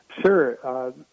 Sure